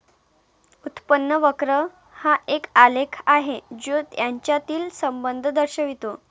उत्पन्न वक्र हा एक आलेख आहे जो यांच्यातील संबंध दर्शवितो